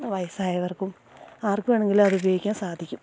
വയസ്സായവർക്കും ആർക്ക് വേണെങ്കിലും അതുപയോഗിക്കാൻ സാധിക്കും